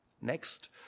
next